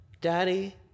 daddy